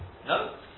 No